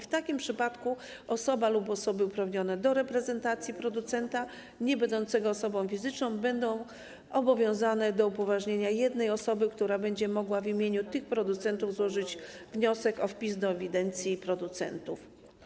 W takim przypadku osoba lub osoby uprawnione do reprezentacji producenta niebędącego osobą fizyczną będą obowiązane do upoważnienia jednej osoby, która będzie mogła w imieniu tych producentów złożyć wniosek o wpis do ewidencji producentów.